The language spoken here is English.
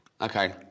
Okay